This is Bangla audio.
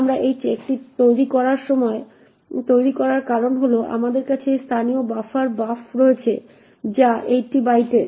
আমরা এই চেকটি তৈরি করার কারণ হল আমাদের কাছে এই স্থানীয় বাফার বাফ রয়েছে যা 80 বাইটের